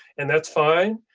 and that's fine.